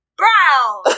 brown